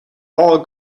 all